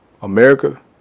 America